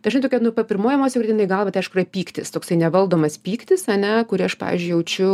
dažnai tokia nu pa pirmoji emocija kuri ateina į galvą tai aišku yra pyktis toksai nevaldomas pyktis ane kurį aš pavyzdžiui jaučiu